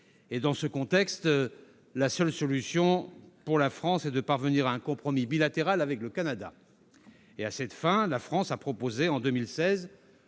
des litiges, la seule solution, pour la France, est de parvenir à un compromis bilatéral avec le Canada. À cette fin, la France a proposé en 2016